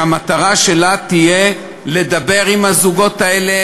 שהמטרה שלה תהיה לדבר עם הזוגות האלה